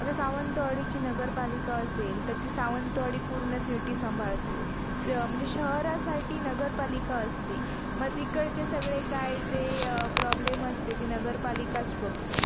आता सावंतवाडीची नगरपालिका असेल तर ती सावंतवाडी पूर्ण सिटी सांभाळते स म्हणजे शहरासाठी नगरपालिका असते मग तिकडचे सगळे काय जे प्रॉब्लेम असते ते नगरपालिकाच बघते